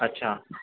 اچھا